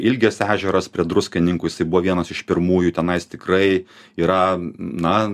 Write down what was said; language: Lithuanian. ilgės ežeras prie druskininkų jisai buvo vienas iš pirmųjų tenais tikrai yra na